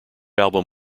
album